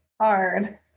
hard